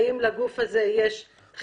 האם לגוף הזה יש גירעונות?